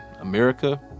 America